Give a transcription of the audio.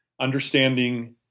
understanding